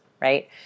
right